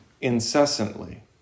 incessantly